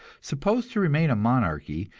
supposed to remain a monarchy,